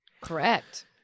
Correct